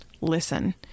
Listen